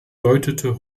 deutete